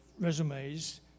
resumes